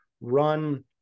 run